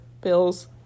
bills